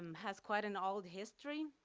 um has quite an old history.